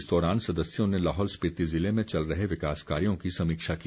इस दौरान सदस्यों ने लाहौल स्पीति जिले में चल रहे विकास कार्यों की समीक्षा की